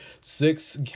six